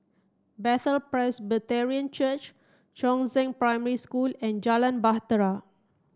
Bethel Presbyterian Church Chongzheng Primary School and Jalan Bahtera